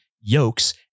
yokes